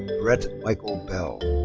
brett michael bell.